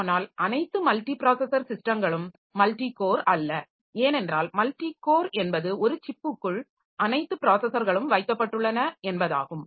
ஆனால் அனைத்து மல்டிப்ராஸஸர் சிஸ்டங்களும் மல்டி கோர் அல்ல ஏனென்றால் மல்டி கோர் என்பது ஒரு சிப்புக்குள் அனைத்து ப்ராஸஸர்களும் வைக்கப்பட்டுள்ளன என்பதாகும்